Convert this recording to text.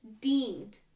deemed